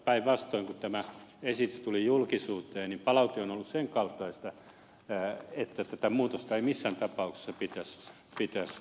päinvastoin kun tämä esitys tuli julkisuuteen palaute on ollut sen kaltaista että tätä muutosta ei missään tapauksessa pitäisi tehdä